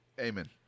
amen